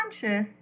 conscious